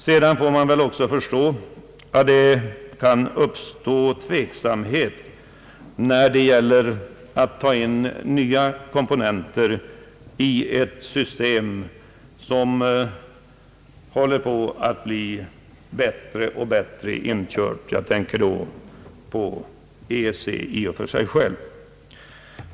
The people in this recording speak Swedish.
Man får väl också förstå att det kan uppstå tveksamhet när det gäller att ta in nya komponenter i ett system som håller på att bli allt bättre inkört; jag tänker då på EEC i och för sig självt.